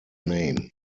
name